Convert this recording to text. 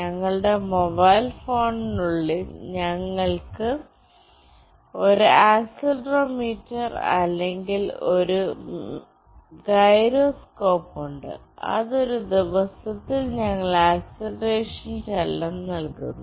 ഞങ്ങളുടെ മൊബൈൽ ഫോണിനുള്ളിൽ ഞങ്ങൾക്ക് ഒരു ആക്സിലറോമീറ്റർ അല്ലെങ്കിൽ ഒരു ഗൈറോസ്കോപ്പ് ഉണ്ട് അത് ഒരു ദിവസത്തിൽ ഞങ്ങൾ ആക്സിലറേഷൻ ചലനം നൽകുന്നു